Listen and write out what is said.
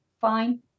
fine